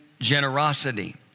generosity